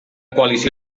coalició